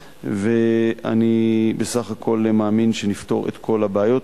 ואני בסך הכול מאמין שנפתור את כל הבעיות.